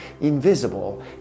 invisible